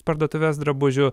parduotuves drabužių